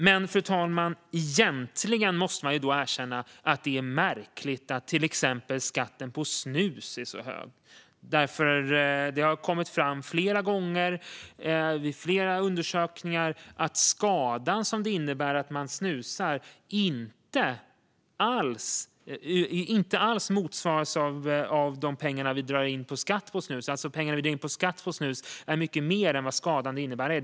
Men, fru talman, egentligen måste man erkänna att det är märkligt att till exempel skatten på snus är så hög. Det har flera gånger och vid flera undersökningar kommit fram att den skada det innebär att man snusar inte alls motsvaras av de pengar vi drar in på skatt på snus. Vi drar alltså in mycket mer pengar på skatt på snus än vad skadan motsvarar.